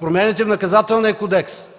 промените в Наказателния кодекс